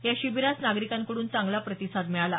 या शिबीरास नागरिकांकडून चांगला प्रतिसाद मिळाला